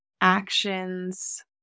actions